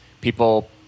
People